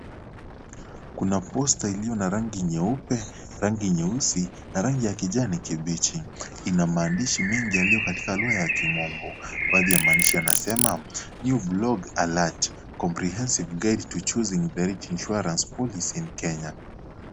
Kuna poster iliyo na rangi nyeupe rangi nyeusi na rangi ya kijani kibichi ina maandishi mengi yaliyo katika lugha ya kimombo baadhi ya maandishi yanasema new blog alert comprehensive guide to choosing the right insurance policy in Kenya.